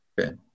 okay